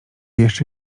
jeszcze